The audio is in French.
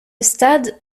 stade